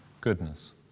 goodness